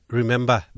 remember